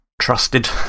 trusted